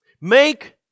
make